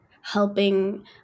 helping